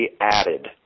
added